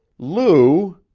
lou!